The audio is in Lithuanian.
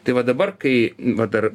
tai va dabar kai va dar